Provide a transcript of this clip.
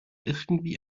irgendwie